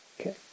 Okay